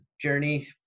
journey